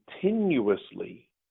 continuously